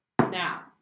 Now